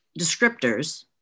descriptors